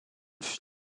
fut